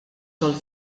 xogħol